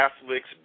Catholics